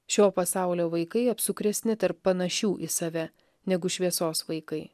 šio pasaulio vaikai apsukresni tarp panašių į save negu šviesos vaikai